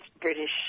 British